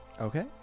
Okay